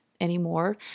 anymore